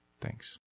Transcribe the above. Thanks